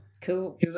Cool